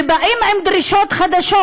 ובאים עם דרישות חדשות.